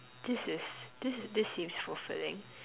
this is this is this seems fulfilling